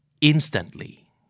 instantly